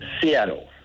Seattle